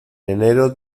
enero